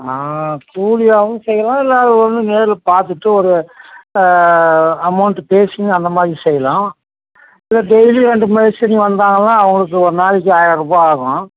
கூலியாகவும் செய்யலாம் இல்லை அது வந்து நேரில் பார்த்துட்டு ஒரு அமௌண்ட்டு பேசியும் அந்த மாதிரி செய்யலாம் இல்லை டெய்லி வந்து மேஸ்திரி வந்தாங்கனா அவங்களுக்கு ஒரு நாளைக்கு ஆயர்ரூபா ஆகும்